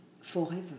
forever